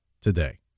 today